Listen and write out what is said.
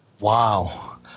Wow